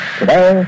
today